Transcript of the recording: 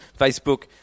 Facebook